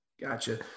Gotcha